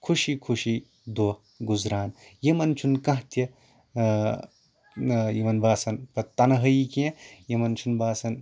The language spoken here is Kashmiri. خُوشی خُوشی دۄہ گُزاران یِمن چھُنہٕ کانٛہہ تہِ یِمن باسان تَنہٲیی کیٚنٛہہ یِمن چھُنہٕ باسان